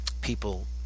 people